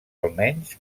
almenys